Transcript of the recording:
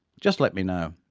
just let me know.